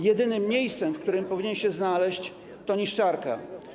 Jedynym miejscem, w którym powinien się znaleźć, jest niszczarka.